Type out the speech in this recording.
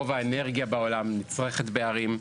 רוב האנרגיה בעולם נצרכת בערים.